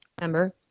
remember